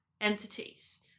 entities